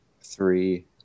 three